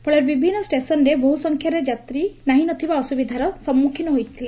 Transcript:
ଫଳରେ ବିଭିନ୍ ଷେସନ୍ରେ ବହୁସଂଖ୍ୟାରେ ଯାତ୍ରା ନାହି ନଥିବା ଅସୁବିଧାର ସମ୍ମୁଖୀନ ହୋଇଛନ୍ତି